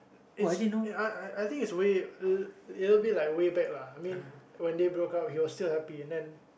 it's I I think it's way a little bit like way back lah I mean when they broke up he was still happy and then